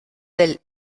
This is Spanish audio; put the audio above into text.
del